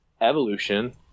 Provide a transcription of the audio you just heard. evolution